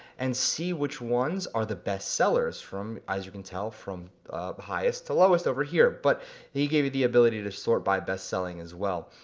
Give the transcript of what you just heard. and see which ones are the bestsellers from, as you can tell, from highest to lowest over here, but they give you the ability to sort by best selling as well.